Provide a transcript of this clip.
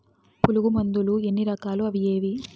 పులుగు మందులు ఎన్ని రకాలు అవి ఏవి?